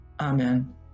Amen